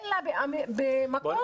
אלא במקום של לתקן.